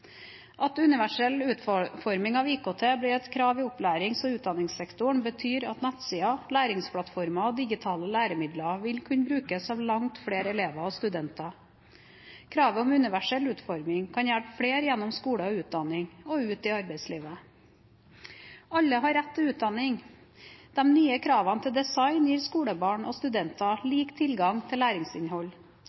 At universell utforming av IKT blir et krav i opplærings- og utdanningssektoren, betyr at nettsider, læringsplattformer og digitale læremidler vil kunne brukes av langt flere elever og studenter. Kravet om universell utforming kan hjelpe flere gjennom skole og utdanning og ut i arbeidslivet. Alle har rett til utdanning. De nye kravene til design gir skolebarn og studenter lik tilgang til læringsinnhold.